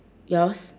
yours